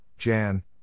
Jan